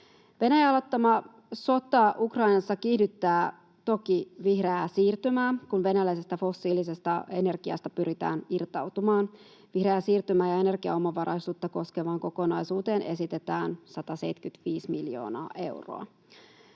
Venäjän aloittama sota Ukrainassa kiihdyttää toki vihreää siirtymää, kun venäläisestä fossiilisesta energiasta pyritään irtautumaan. Vihreään siirtymään ja energiaomavaraisuutta koskevaan kokonaisuuteen esitetään 175 miljoonaa euroa.